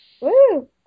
Woo